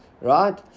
right